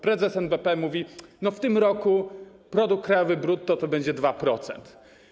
Prezes NBP mówi: w tym roku produkt krajowy brutto to będzie 2%.